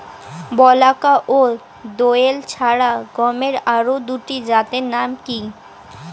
বলাকা ও দোয়েল ছাড়া গমের আরো দুটি জাতের নাম কি?